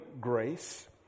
grace